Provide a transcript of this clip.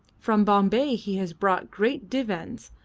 from bombay he has brought great divans,